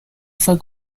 fue